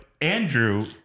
Andrew